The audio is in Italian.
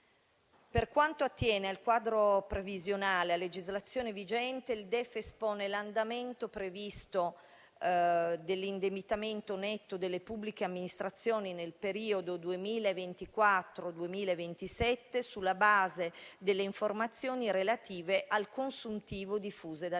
Per quanto attiene al quadro previsionale a legislazione vigente, il DEF espone l'andamento previsto dell'indebitamento netto delle pubbliche amministrazioni nel periodo 2024-2027, sulla base delle informazioni relative al consuntivo diffuse dall'Istat,